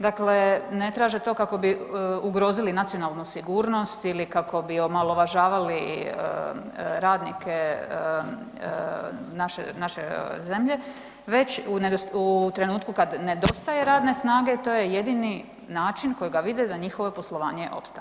Dakle, ne traže to kako bi ugrozili nacionalnu sigurnost ili kako bi omalovažavali radnike naše zemlje već u trenutku kad nedostaje radne snage to je jedini način kojega vide da njihovo poslovanje opstane.